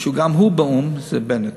שגם הוא באו"ם, זה בנט.